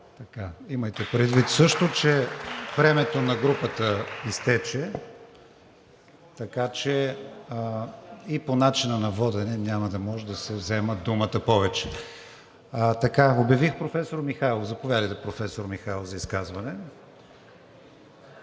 Имайте предвид също, че времето на групата изтече, така че и по начина на водене няма да може да се вземе думата повече. Обявих професор Михайлов. Заповядайте, професор Михайлов, за изказване.